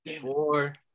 Four